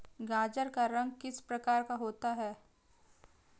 गाजर का रंग किस प्रकार का होता है?